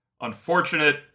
unfortunate